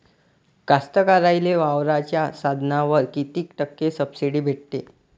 कास्तकाराइले वावराच्या साधनावर कीती टक्के सब्सिडी भेटते?